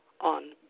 on